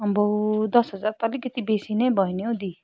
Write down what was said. आम्बो दस हजार त अलिकति बेसी नै भयो नि हौ दी